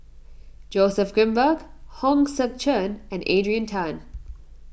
Joseph Grimberg Hong Sek Chern and Adrian Tan